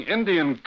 Indian